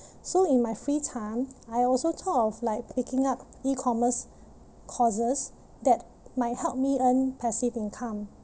so in my free time I also thought of like picking up E-commerce courses that might help me earn passive income